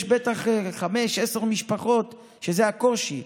יש בטח חמש עד עשר משפחות שזה הקושי.